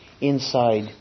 inside